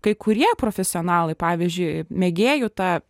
kai kurie profesionalai pavyzdžiui mėgėjų ta